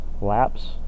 laps